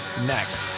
Next